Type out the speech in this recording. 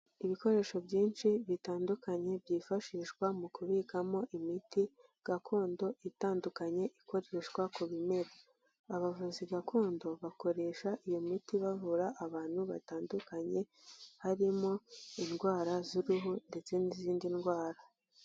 Ibikoresho byinshi bitandukanye byifashishwa mu kubikamo imiti gakondo itandukanye, ikoreshwa ku bimera abavuzi gakondo bakoresha iyi miti bavura abantu batandukanye harimo indwara z'uruhu ndetse n'izindi ndwara.